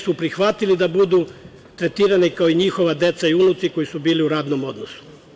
su prihvatili da budu tretirani kao i njihova deca i unuci koji su bili u radnom odnosu.